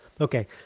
okay